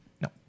No